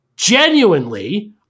genuinely